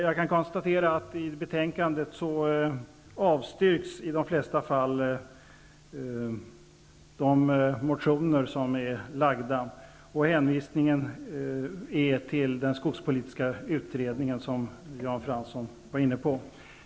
Jag kan konstatera att de motioner som behandlas i betänkandet i de flesta fall avstyrks med hänvisning till den skogspolitiska utredningen, som Jan Fransson nämnde.